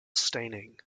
staining